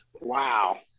Wow